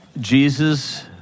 Jesus